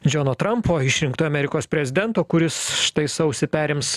džiono trampo išrinktų amerikos prezidento kuris štai sausį perims